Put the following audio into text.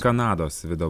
kanados vido